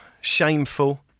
Shameful